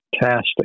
fantastic